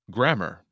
Grammar